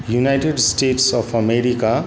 United States off America